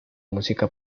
música